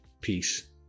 Peace